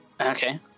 Okay